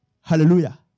Hallelujah